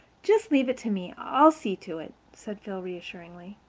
just leave it to me. i'll see to it, said phil reassuringly.